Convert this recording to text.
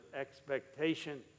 expectation